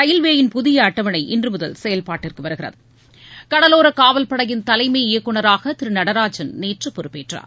ரயில்வேயின் புதிய அட்டவணைகள் செயல்பாட்டு வருகிறது கடலோரக் காவல் படையின் தலைமை இயக்குநராக திரு நடராஜன் நேற்று பொறுப்பேற்றார்